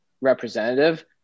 representative